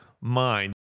mind